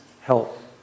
help